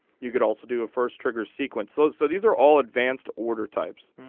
you could also do a first trigger sequence so so these are all advanced order types.